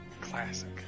Classic